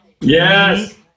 Yes